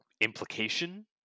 implication